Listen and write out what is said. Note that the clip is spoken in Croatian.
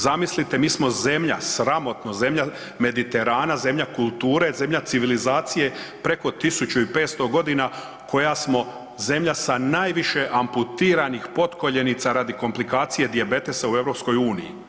Zamislite, mi smo zemlja, sramotno, zemlja Mediterana, zemlja kulture, zemlja civilizacije preko 1500 godina koja smo zemlja sa najviše amputiranih potkoljenica radi komplikacije dijabetesa u EU.